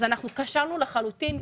כשלנו לחלוטין.